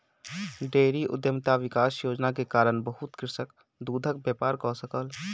dairy उद्यमिता विकास योजना के कारण बहुत कृषक दूधक व्यापार कय सकल